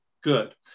good